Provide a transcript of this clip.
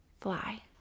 fly